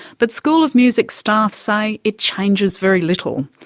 but school of music staff say it changes very little.